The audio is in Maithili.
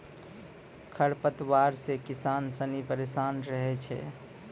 खरपतवार से किसान सनी परेशान रहै छै